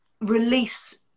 release